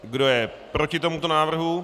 Kdo je proti tomuto návrhu?